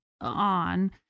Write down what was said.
on